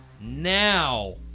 now